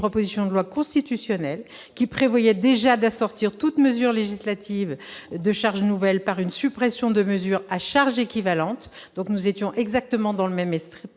proposition de loi constitutionnelle prévoyant déjà d'assortir toute mesure législative de charges nouvelles de la suppression de charges équivalentes. Nous étions bien dans le même